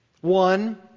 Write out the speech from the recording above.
One